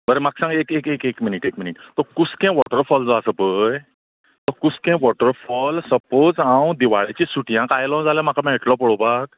बरें म्हाका सांग एक एक एक मिनीट एक मिनीट तो कुस्कें वोटरफोल जो आसा पळय तो कुस्कें वोटरफोल सपोज हांव दिवाळेच्या सुटयांत आयलो जाल्यार म्हाका मेळटलो पळोवपाक